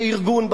כארגון,